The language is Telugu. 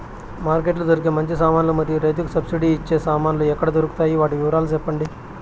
మార్కెట్ లో దొరికే మంచి సామాన్లు మరియు రైతుకు సబ్సిడి వచ్చే సామాన్లు ఎక్కడ దొరుకుతాయి? వాటి వివరాలు సెప్పండి?